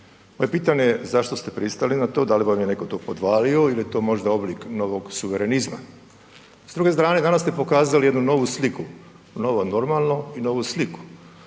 je pitanje zašto ste pristali na to, da li vam je netko to podvalio je to možda oblik novog suverenizma. S druge strane, danas ste pokazali novu sliku. Novo normalno i novu sliku.